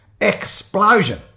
Explosion